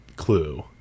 clue